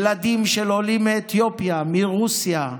ילדים של עולים מאתיופיה, מרוסיה,